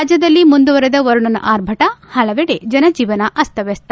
ರಾಜ್ಞದಲ್ಲಿ ಮುಂದುವರಿದ ವರುಣನ ಆರ್ಭಟ ಹಲವೆಡೆ ಜನಜೀವನ ಅಸ್ತವ್ಸಸ್ತ